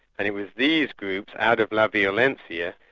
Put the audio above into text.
and it was these groups, out of like violencia,